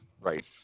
Right